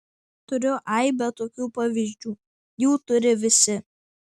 turiu aibę tokių pavyzdžių jų turi visi